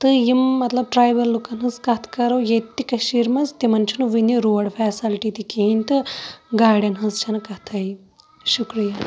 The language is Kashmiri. تہٕ یِم مَطلَب ٹرایبَل لُکَن ہِنٛز کَتھ کَرَو ییٚتہِ کٔشیٖر مَنٛز تِمَن چھُنہٕ وٕنکٮ۪ن روڈ فیسَلٹی تہِ کِہیٖنۍ گاڑٮ۪ن ہِنٛز چھَنہٕ کَتھے شُکرِیہ